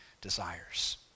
desires